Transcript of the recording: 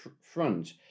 front